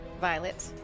Violet